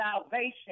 salvation